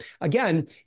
again